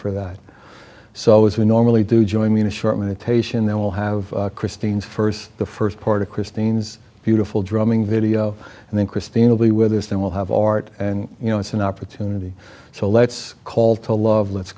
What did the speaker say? for that so as we normally do join me in a short meditation then we'll have christine's first the first part of christine's beautiful drumming video and then christine will be with us and we'll have art and you know it's an opportunity so let's call to love let's